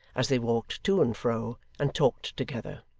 as they walked to and fro, and talked together.